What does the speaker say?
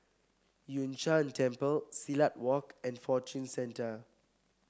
Yun Shan Temple Silat Walk and Fortune Centre